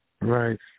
Right